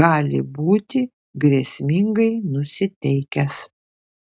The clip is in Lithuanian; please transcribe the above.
gali būti grėsmingai nusiteikęs